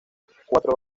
cuatro